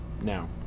Now